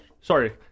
sorry